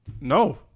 no